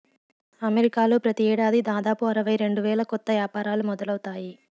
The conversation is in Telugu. అమెరికాలో ప్రతి ఏడాది దాదాపు అరవై రెండు వేల కొత్త యాపారాలు మొదలవుతాయి